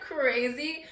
crazy